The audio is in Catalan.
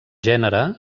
gènere